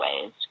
ways